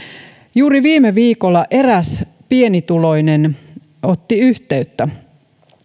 juuri viime viikolla eräs pienituloinen otti yhteyttä